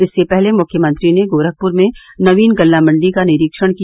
इससे पहले मुख्यमंत्री ने गोरखपुर में नवीन गल्ला मंडी का निरीक्षण किया